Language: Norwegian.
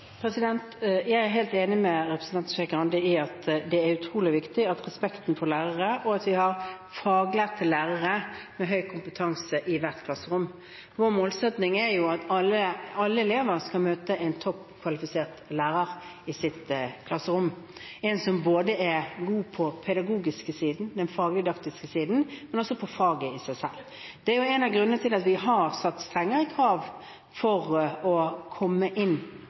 Jeg er helt enig med representanten Skei Grande i at det er utrolig viktig både med respekt for lærerne og at vi har faglærte lærere med høy kompetanse i hvert klasserom. Vår målsetting er at alle elever skal møte en toppkvalifisert lærer i sitt klasserom, en som er god både på den pedagogiske siden, på den fagdidaktiske siden og på faget i seg selv. Det er en av grunnene til at vi har satt strengere krav for å komme inn